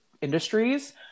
industries